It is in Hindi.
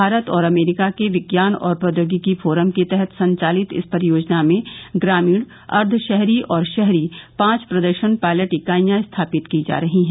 भारत और अमेरिका के विज्ञान और प्रौद्योगिकी फोरम के तहत संचालित इस परियोजना में ग्रामीण अर्थ शहरी और शहरी पांच प्रदर्शन पायलट इकाईयां स्थापित की जा रहीं हैं